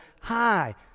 Hi